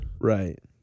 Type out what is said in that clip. right